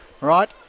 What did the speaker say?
right